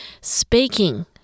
Speaking